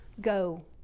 Go